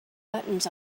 buttons